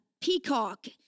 Peacock